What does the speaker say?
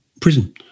prison